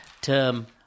term